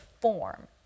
form